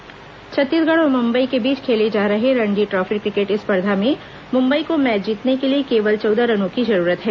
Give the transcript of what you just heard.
Ranji trophy Chhattisgarh और मुंबई के बीच खेले जा रहे रणजी ट्रॉफी क्रिकेट स्पर्धा में मुंबई को मैच जीतने के लिए केवल चौदह रनों की जरूरत है